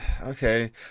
Okay